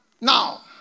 Now